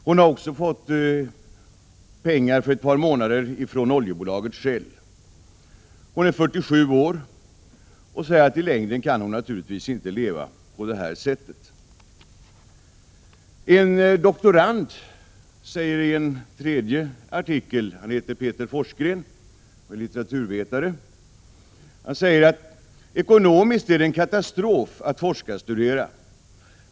Hon har också fått pengar för ett par månader från oljebolaget Shell. Hon är 47 år och säger att hon i längden naturligtvis inte kan leva på detta sätt. En doktorand -— litteraturvetaren Peter Forsgren — säger i en tredje artikel att det ekonomiskt är en katastrof att forskarstudera.